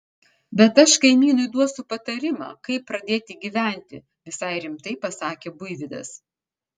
bet aš kaimynui duosiu patarimą kaip pradėti gyventi visai rimtai pasakė buivydas